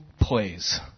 Plays